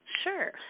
Sure